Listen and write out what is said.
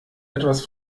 etwas